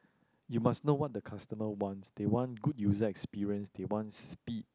you must know what the customer want they want good user experience they want speed